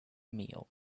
meal